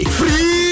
free